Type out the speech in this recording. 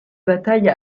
bataille